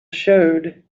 showed